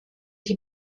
die